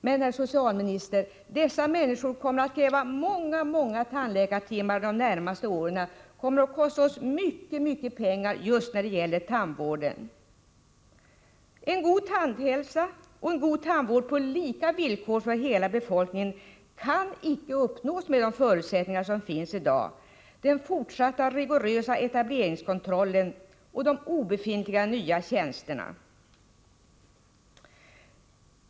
Men, herr socialminister, dessa människor kommer att kräva många, många tandläkartimmar de närmaste åren. De kommer att kosta oss mycket pengar just när det gäller tandvården. En god tandhälsa och en god tandvård på lika villkor för hela befolkningen kan icke uppnås med de förutsättningar som finns i dag dvs. den fortsatta rigorösa etableringskontrollen och de obefintliga nya tjänsterna.